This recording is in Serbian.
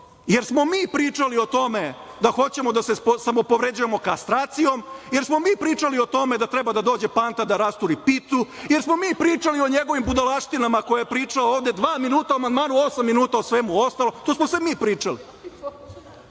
jer smo mi pričali o tome da hoćemo da se samopovređujemo kastracijom, jer smo mi pričali o tome da treba da dođe Panta da rasturi pitu, jer smo mi pričali o njegovim budalaštinama koje je pričao ovde, dva minuta o amandmanu, osam minuta o svemu ostalom, to smo sve mi pričali. Dakle,